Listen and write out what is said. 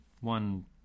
one